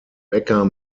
bäcker